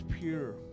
pure